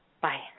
Bye